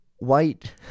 White